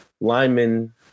linemen